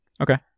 Okay